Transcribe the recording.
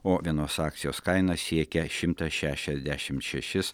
o vienos akcijos kaina siekė šimtą šešiasdešimt šešis